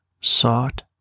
sought